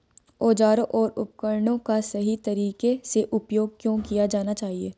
औजारों और उपकरणों का सही तरीके से उपयोग क्यों किया जाना चाहिए?